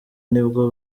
nibwo